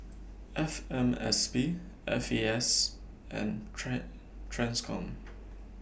F M S P F A S and Track TRANSCOM